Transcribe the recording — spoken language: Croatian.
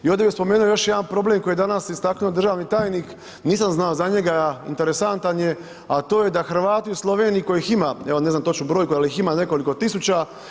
I ovdje bi spomenuo još jedan problem koji je danas istaknuo državni tajnik, nisam znao za njega, interesantan je, a to je da Hrvati u Sloveniji kojih ima, evo ne znam točnu brojku, al ima nekoliko tisuća.